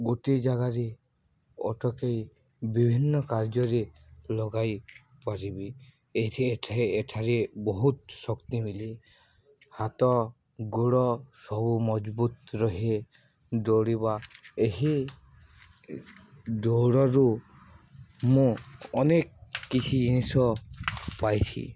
ଗୋଟିଏ ଜାଗାରେ ଅଟକାଇ ବିଭିନ୍ନ କାର୍ଯ୍ୟରେ ଲଗାଇ ପାରିବି ଏଠି ଏଠାରେ ଏଠାରେ ବହୁତ ଶକ୍ତି ମିିଳି ହାତ ଗୋଡ଼ ସବୁ ମଜବୁତ ରହେ ଦୌଡ଼ିବା ଏହି ଦୌଡ଼ରୁ ମୁଁ ଅନେକ କିଛି ଜିନିଷ ପାଇଛି